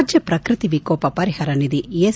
ರಾಜ್ಞ ಪ್ರಕೃತಿ ವಿಕೋಪ ಪರಿಹರ ನಿಧಿ ಎಸ್